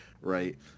right